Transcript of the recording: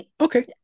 Okay